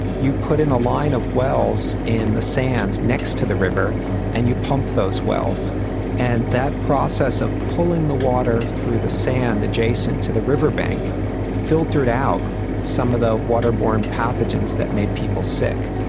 you put in a line of wells in the sand next to the river and you pump those wells and that process of pulling the water through the sand adjacent to the riverbank filtered out some of the waterborne pathogens that made people sick.